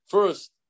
First